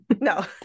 no